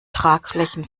tragflächen